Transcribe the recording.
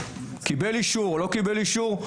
קיבל אישור או לא קיבל אישור,